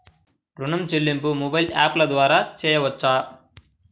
ఋణం చెల్లింపు మొబైల్ యాప్ల ద్వార చేయవచ్చా?